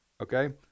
Okay